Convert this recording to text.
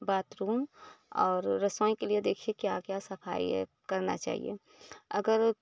bathroom और रसोई के लिए देखिए क्या क्या सफ़ाई करना चाहिए अगर